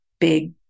big